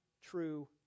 true